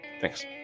Thanks